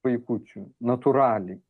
vaikučių natūraliai